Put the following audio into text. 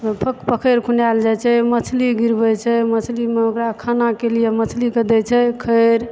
पोखरि खुनाएल जाइ छै मछली गिरबै छै मछलीमे ओकरा खाना के लिय मछली के दै छै खैर